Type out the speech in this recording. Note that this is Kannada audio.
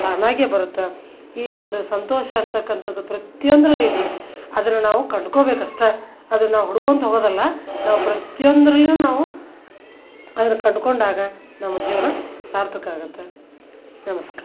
ತಾನಾಗೇ ಬರುತ್ತೆ ಈ ಒಂದು ಸಂತೋಷ ಅಂಥಕಂಥದ್ದು ಪ್ರತಿಯೊಂದರಲ್ಲಿದೆ ಆದ್ರೆ ನಾವು ಕಂಡ್ಕೋಬೇಕಷ್ಟೇ ಅದನ್ನು ಹುಡ್ಕೋಂತ ಹೋಗೋದಲ್ಲ ನಾವು ಪ್ರತಿಯೊಂದರಲ್ಲಿ ನಾವು ಅದ್ರ ಕಂಡುಕೊಂಡಾಗ ನಮ್ಮ ಜೀವನ ಸಾರ್ಥಕ ಆಗುತ್ತೆ ನಮಸ್ಕಾರ